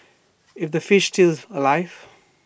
is the fish still alive